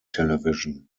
television